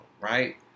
Right